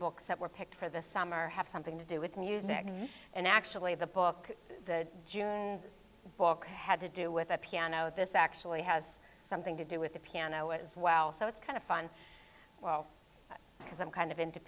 books that were picked for the summer have something to do with music and actually the book the junes book had to do with a piano this actually has something to do with the piano as well so it's kind of fun well because i'm kind of into